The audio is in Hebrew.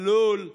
ולכן